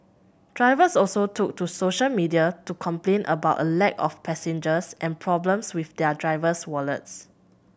drivers also took to social media to complain about a lack of passengers and problems with their driver's wallets